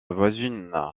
voisine